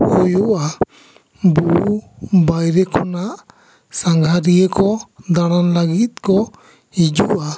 ᱦᱩᱭᱩᱜᱼᱟ ᱵᱩᱦᱩ ᱵᱟᱭᱨᱮ ᱠᱷᱚᱱᱟᱜ ᱥᱟᱜᱷᱟᱨᱤᱭᱟᱹ ᱠᱚ ᱫᱟᱬᱟᱱ ᱞᱟᱹᱜᱤᱫ ᱠᱚ ᱦᱤᱡᱩᱜᱼᱟ